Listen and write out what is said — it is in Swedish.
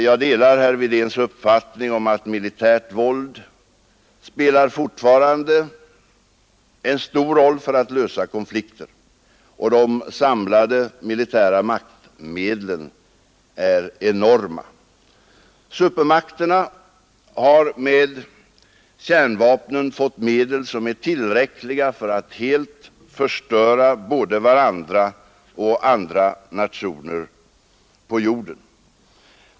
Jag delar herr Wedéns uppfattning att militärt våld fortfarande spelar en stor roll för att lösa konflikter och att de samlade militära maktmedlen är enorma. Supermakterna har med kärnvapnen fått medel som är tillräckliga för att helt förstöra både varandra och andra nationer på jorden.